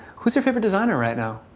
who's your favorite designer right now?